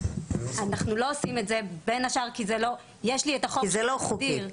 אנחנו לא עושים את זה בין השאר כי זה לא --- כי זה לא חוקי?